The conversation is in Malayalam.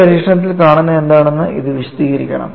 ഒരു പരീക്ഷണത്തിൽ കാണുന്നതെന്താണെന്ന് ഇത് വിശദീകരിക്കണം